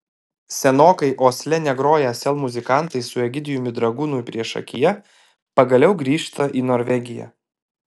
senokai osle negroję sel muzikantai su egidijumi dragūnu priešakyje pagaliau grįžta į norvegiją